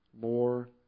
more